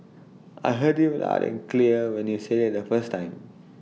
I heard you loud and clear when you said IT the first time